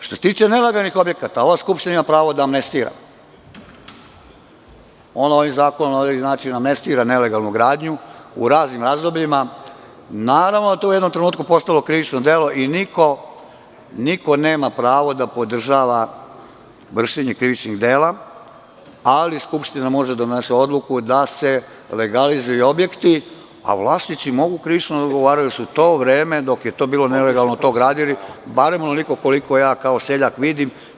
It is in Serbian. Što se tiče nelegalnih objekata, ova skupština ima pravo da amnestira, može da amnestira nelegalnu gradnju u raznim razdobljima, a naravno da je to u jednom trenutku postalo krivično delo i niko nema pravo da podržava vršenje krivičnih dela, ali Skupština može da donese odluku da se legalizuju objekti, a vlasnici mogu krivično da odgovaraju za to da su za to vreme dok je to bilo nelegalno gradili, barem onoliko koliko ja kao seljak vidim.